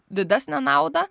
didesnę naudą